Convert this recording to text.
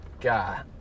God